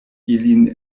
ilin